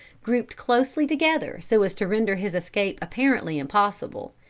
grouped closely together so as to render his escape apparently impossible.